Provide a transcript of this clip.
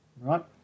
Right